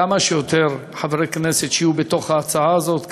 שכמה שיותר חברי כנסת יהיו בתוך ההצעה הזאת,